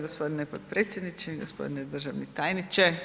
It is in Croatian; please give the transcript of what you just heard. Gospodine potpredsjedniče, gospodine državni tajniče.